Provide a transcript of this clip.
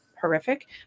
Horrific